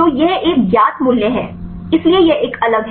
तो यह एक ज्ञात मूल्य है इसलिए यह एक अलग है